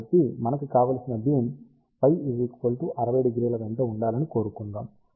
కాబట్టి మనకి కావలసిన బీమ్ φ 600 వెంట ఉండాలని కోరుకుందాం